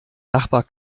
nachbar